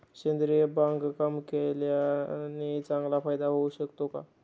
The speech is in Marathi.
सेंद्रिय बागकाम केल्याने चांगला फायदा होऊ शकतो का?